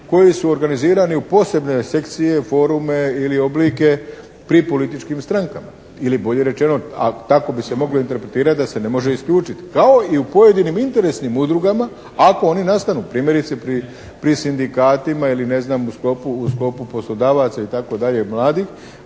koji su organizirani u posebne sekcije, forume ili oblike pri političkim strankama, ili bolje rečeno ako, tako bi se moglo interpretirati da se ne može isključiti. Kao i u pojedinim interesnim udrugama ako oni nastanu. Primjerice pri sindikatima ili ne znam u sklopu poslodavaca, itd. mladih.